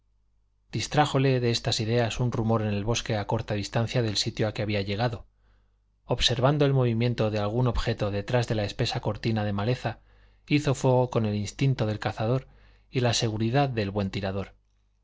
corazón distrájole de estas ideas un rumor en el bosque a corta distancia del sitio a que había llegado observando el movimiento de algún objeto detrás de la espesa cortina de maleza hizo fuego con el instinto del cazador y la seguridad del buen tirador